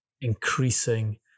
increasing